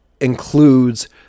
includes